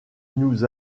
nous